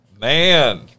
Man